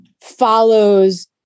follows